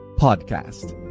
Podcast